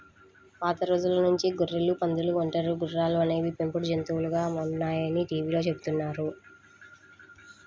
పాత రోజుల నుంచి గొర్రెలు, పందులు, ఒంటెలు, గుర్రాలు అనేవి పెంపుడు జంతువులుగా ఉన్నాయని టీవీలో చెప్పారు